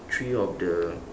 three of the